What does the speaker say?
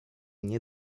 nie